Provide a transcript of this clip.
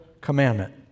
commandment